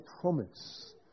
promise